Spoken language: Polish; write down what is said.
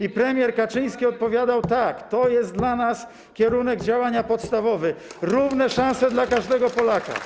I premier Kaczyński odpowiadał: tak, to jest dla nas kierunek działania podstawowy, równe szanse dla każdego Polaka.